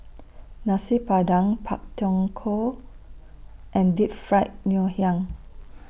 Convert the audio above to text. Nasi Padang Pak Thong Ko and Deep Fried Ngoh Hiang